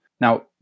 Now